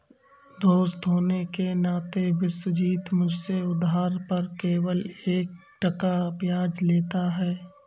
दोस्त होने के नाते विश्वजीत मुझसे उधार पर केवल एक टका ब्याज लेता है